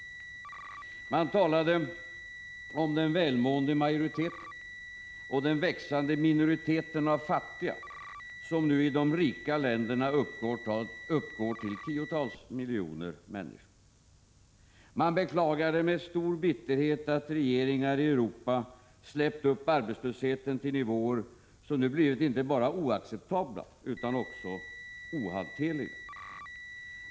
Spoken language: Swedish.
Man talade om den välmående majoriteten och den växande minoriteten av fattiga, som nu i de rika länderna uppgår till tiotals miljoner människor. Man beklagade med stor bitterhet att regeringar i Europa släppt upp arbetslösheten till nivåer som nu blivit inte bara oacceptabla utan också ohanterliga.